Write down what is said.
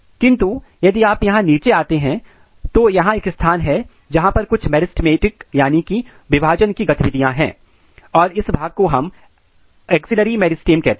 किंतु यदि आप यहां नीचे आते हैं तो यहां एक स्थान है जहां पर कुछ मेरिस्टमैटिक यानी कि विभाजन की गतिविधियां हैं और इस भाग को हम एक्जिलेरी मेरिस्टम कहते हैं